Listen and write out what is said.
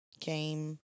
came